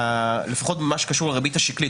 לפחות במה שקשור לריבית השקלית,